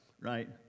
right